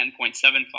10.75